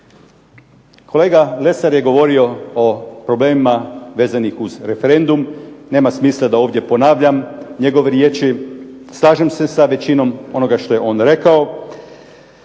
Kolega Lesar je govorio o problemima vezanih uz referendum, nema smisla da ovdje ponavljam njegove riječi, slažem se sa većinom onoga što je on rekao